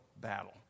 battle